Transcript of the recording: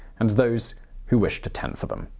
and those who wished to tend for them.